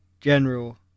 general